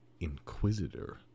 Inquisitor